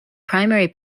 primary